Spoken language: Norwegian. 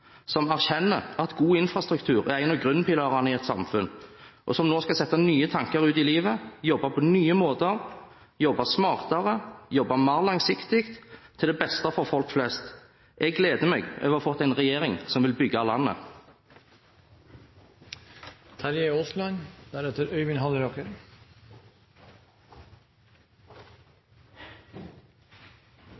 som erkjenner at god infrastruktur er en av grunnpilarene i et samfunn, og som nå skal sette nye tanker ut i livet, jobbe på nye måter, jobbe smartere og jobbe mer langsiktig til det beste for folk flest. Jeg gleder meg over å ha fått en regjering som vil bygge landet.